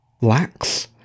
lax